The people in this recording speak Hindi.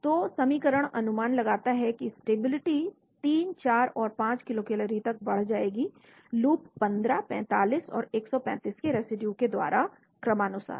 तो समीकरण अनुमान लगाता है कि स्टेबिलिटी 3 4 और 5 किलोकलरीज तक बढ़ जाएगी लूप 15 45 और 135 के रेसिड्यू द्वारा क्रमानुसार